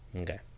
Okay